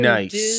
Nice